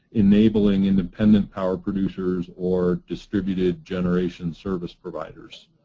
enabling independent power producers, or distributed generation service providers.